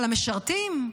על המשרתים?